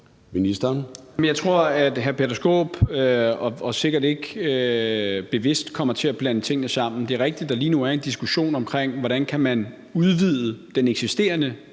jeg tror, at hr. Peter Skaarup, og det er sikkert ikke bevidst, kommer til at blande tingene sammen. Det er rigtigt, at der lige nu er en diskussion omkring, hvordan man kan udvide den eksisterende